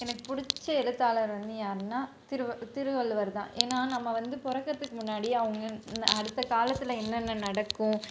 எனக்கு பிடிச்ச எழுத்தாளர் வந்து யார்னால் திருவ திருவள்ளுவர் தான் ஏன்னால் நம்ம வந்து பிறக்கறத்துக்கு முன்னாடியே அவங்க இந்த அடுத்த காலத்தில் என்னென்ன நடக்கும்